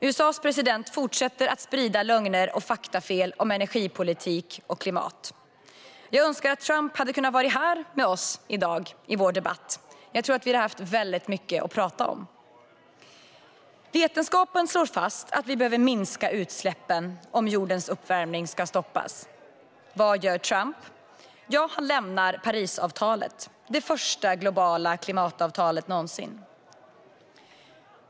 USA:s president fortsätter att sprida lögner och faktafel om energipolitik och klimat. Jag önskar att Trump hade kunnat vara här med oss i dag i vår debatt. Vi hade nog haft väldigt mycket att prata om. Energi Vetenskapen slår fast att vi behöver minska utsläppen om jordens uppvärmning ska stoppas. Vad gör Trump? Han lämnar Parisavtalet, som är det första globala klimatavtalet någonsin.